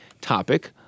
topic